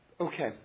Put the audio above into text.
Okay